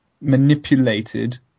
manipulated